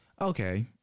Okay